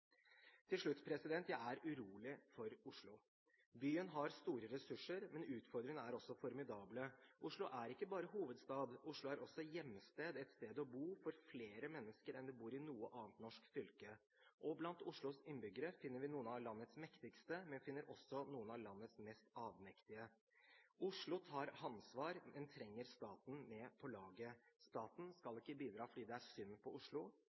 Til slutt vil jeg si at jeg er urolig for Oslo. Byen har store ressurser, men utfordringene er også formidable. Oslo er ikke bare hovedstad. Oslo er også hjemsted – et sted å bo – for flere mennesker enn det bor i noe annet norsk fylke. Blant Oslos innbyggere finner vi noen av landets mektigste, men vi finner også noen av landets mest avmektige. Oslo tar ansvar, men trenger å ha staten med på laget. Staten skal ikke bidra fordi det er synd på Oslo,